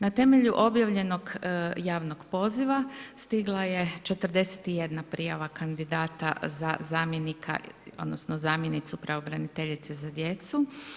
Na temelju objavljenog javnog poziva stigla je 41 prijava kandidata za zamjenika odnosno zamjenicu pravobraniteljice za djecu.